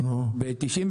ב-92',